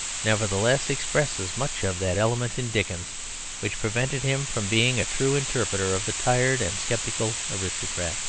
nevertheless, expresses much of that element in dickens which prevented him from being a true interpreter of the tired and sceptical aristocrat.